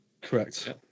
correct